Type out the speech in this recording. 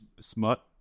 smut